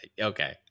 Okay